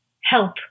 help